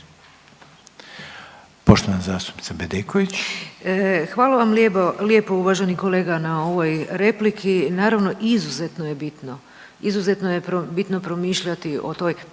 Poštovana zastupnica Bedeković.